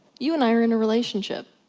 you and i are in a relationship.